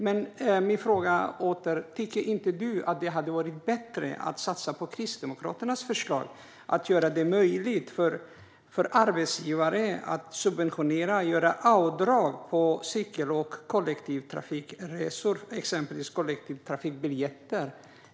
Min fråga är: Tycker inte du, Lorentz Tovatt, att det hade varit bättre att satsa på Kristdemokraternas förslag att göra det möjligt för arbetsgivare att subventionera, göra avdrag på cykel och kollektivtrafikresor, exempelvis kollektivtrafikbiljetter?